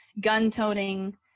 gun-toting